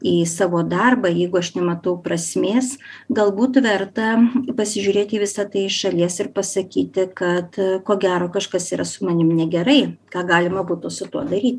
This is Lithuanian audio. į savo darbą jeigu aš nematau prasmės galbūt verta pasižiūrėti į visa tai iš šalies ir pasakyti kad ko gero kažkas yra su manim negerai ką galima būtų su tuo daryt